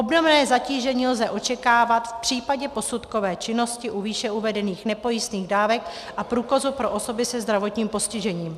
Obdobné zatížení lze očekávat v případě posudkové činnosti u výše uvedených nepojistných dávek a průkazu pro osoby se zdravotním postižením.